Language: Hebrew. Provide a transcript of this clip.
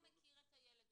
הוא מכיר את הילד,